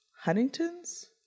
huntington's